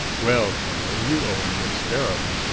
well, colonel, you owe me a scarab.